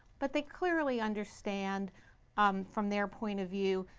but they clearly understand um from their point of view,